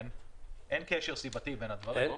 אין קשר סיבתי בין הדברים.